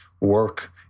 work